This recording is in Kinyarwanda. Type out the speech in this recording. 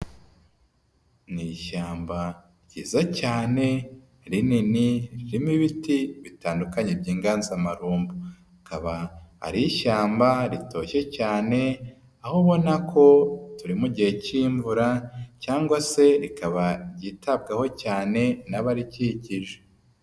Ni ishyamba ryiza cyane rinini ririmo ibiti bitandukanye by'inganzamarumbo, akaba ari ishyamba ritoshye cyane, aho ubona ko turi mu gihe cy'imvura cyangwa se rikaba ryitabwaho cyane n'abarikikije.